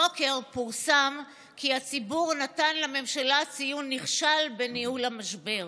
הבוקר פורסם כי הציבור נתן לממשלה ציון נכשל בניהול המשבר.